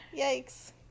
Yikes